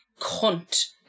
cunt